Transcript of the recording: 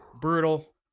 Brutal